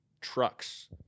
trucks